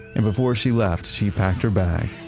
and before she left, she packed her bag,